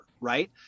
Right